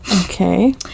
Okay